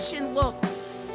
looks